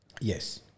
Yes